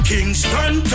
Kingston